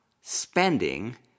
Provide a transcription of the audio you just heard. spending